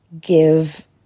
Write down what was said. give